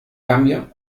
cambio